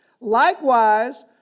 Likewise